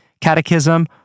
catechism